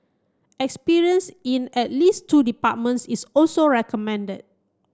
experience in at least two departments is also recommended